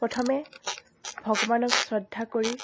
প্ৰথমে ভগৱানক শ্ৰদ্ধা কৰি